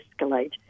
escalate